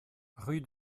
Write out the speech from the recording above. rue